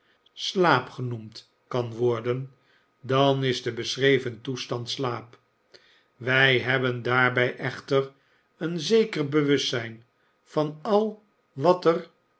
slaap genoemd kan worden dan is de beschreven toestand slaap wij hebben daarbij echter een zeker bewustzijn van al wat er